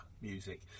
music